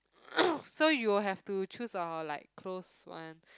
so you'll have to choose or like close one